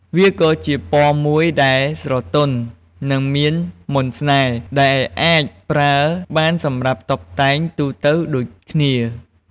វាក៏ជាពណ៌មួយដែលស្រទន់ និងមានមន្តស្នេហ៍ ដែលអាចប្រើបានសម្រាប់តុបតែងទូទៅដូចគ្នា។